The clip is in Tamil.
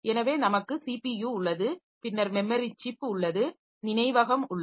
எனவே நமக்கு ஸிபியு உள்ளது பின்னர் மெமரி சிப் உள்ளது நினைவகம் உள்ளது